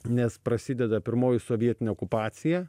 nes prasideda pirmoji sovietinė okupacija